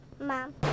Mom